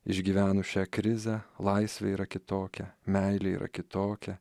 išgyvenus šią krizę laisvė yra kitokia meilė yra kitokia